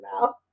now